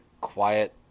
quiet